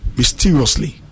mysteriously